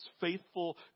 faithful